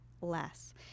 less